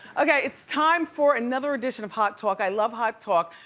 okay, it's time for another addition of hot talk, i love hot talk.